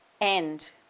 end